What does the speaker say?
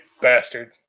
bastard